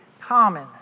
common